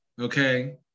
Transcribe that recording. Okay